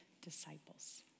disciples